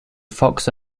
fox